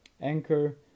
anchor